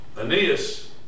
Aeneas